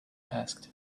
asked